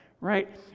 right